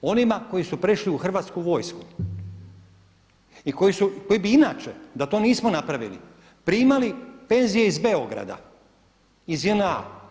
Onima koji su prešli u Hrvatsku vojsku i koji bi inače da to nismo napravili primali penzije iz Beograda, iz JNA.